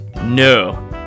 No